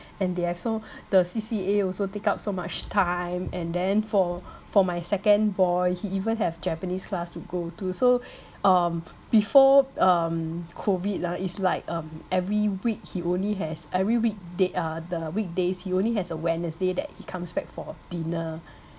and they have so the C_C_A also take up so much time and then for for my second boy he even have japanese class to go to so um before um COVID ah is like um every week he only has every weekday uh the weekdays he only has a wednesday that he comes back for dinner